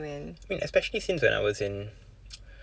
I mean especially since when I was in